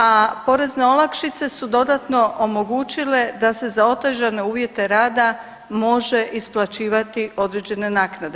A porezne olakšice su dodatno omogućile da se za otežane uvjete rada može isplaćivati određene naknade.